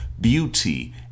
beauty